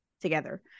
together